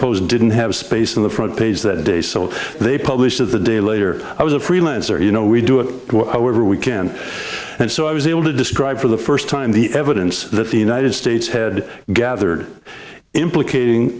those didn't have space in the front page that day so they publish to the day later i was a freelancer you know we do it however we can and so i was able to describe for the first time the evidence that the united states had gathered implicat